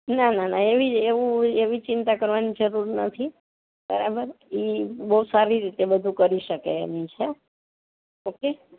ના ના ના એવી એવું એવી ચિંતા કરવાની જરૂર નથી બરાબર એ બહુ સારી રીતે બધું કરી શકે એમ છે ઓકે